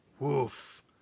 Woof